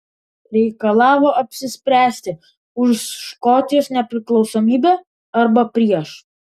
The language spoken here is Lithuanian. reikalavo apsispręsti už škotijos nepriklausomybę arba prieš